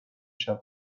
شود